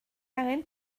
angen